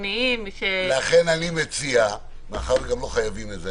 המוניים --- מאחר שגם לא חייבים את זה,